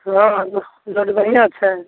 हँ बड़ बढ़िआँ छै